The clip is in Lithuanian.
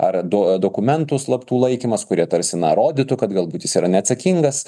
ar dokumentų slaptų laikymas kurie tarsi na rodytų kad galbūt jis yra neatsakingas